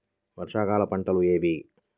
వర్షాకాలం పంటలు ఏవి?